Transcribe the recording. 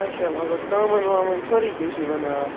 اَچھا مطلب ژامَن وامَن سورُے کیٚنٛہہ چھُو بَناوان